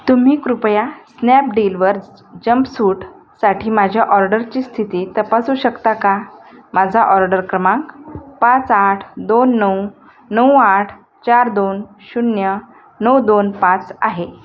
तुम्ही कृपया स्नॅपडीलवर जंप सूटसाठी माझ्या ऑर्डरची स्थिती तपासू शकता का माझा ऑर्डर क्रमांक पाच आठ दोन नऊ नऊ आठ चार दोन शून्य नऊ दोन पाच आहे